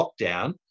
lockdown